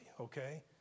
okay